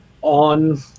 on